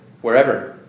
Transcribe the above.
wherever